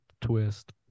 twist